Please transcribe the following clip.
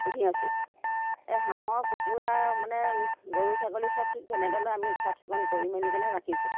পুহি আছোঁ এই হাঁহৰ কুকুৰা মানে গৰু ছাগলী চব ঠিক তেনেধৰণে আমি চাফচিকুণ কৰি মেলি কেনে ৰাখিছোঁ